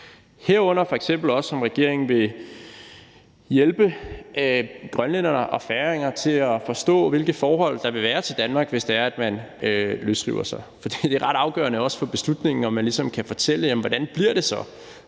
herunder f.eks. også, om regeringen vil hjælpe grønlændere og færinger til at forstå, hvilket forhold der vil være til Danmark, hvis det er sådan, at man løsriver sig. For det er ret afgørende for beslutningen, at man ligesom kan fortælle, hvordan det så bliver.